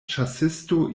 ĉasisto